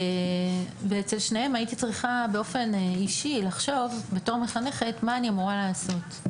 אצל שתיהן הייתי צריכה באופן אישי לחשוב בתוך מחנכת מה אני אמורה לעשות.